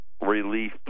relief